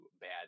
bad